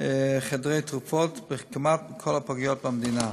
וחדרי תרופות כמעט בכל הפגיות במדינה.